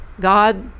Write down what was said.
God